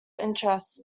interest